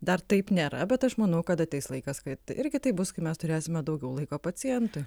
dar taip nėra bet aš manau kad ateis laikas kad irgi taip bus kai mes turėsime daugiau laiko pacientui